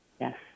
Yes